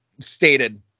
stated